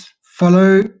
follow